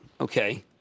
Okay